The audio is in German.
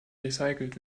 recycelt